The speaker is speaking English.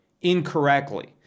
incorrectly